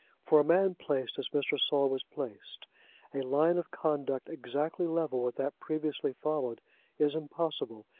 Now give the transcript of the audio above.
for a man placed as mr. saul was placed a line of conduct exactly level with that previously followed is impossible,